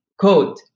code